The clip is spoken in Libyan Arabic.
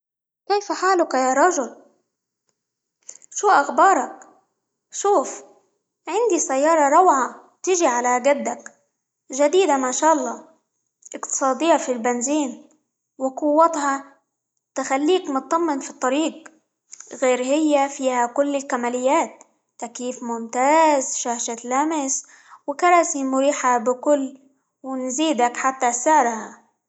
كيف حالك يا رجل؟ شو أخبارك؟ شوف عندي سيارة روعة تيجي على قدك، جديدة ما شاء الله، إقتصادية في البنزين، وقوتها تخليك مطمن في الطريق، غير هي فيها كل الكماليات، تكييف ممتاز، شاشة لمس، وكراسي مريحة بكل، ونزيدك حتى سعرها.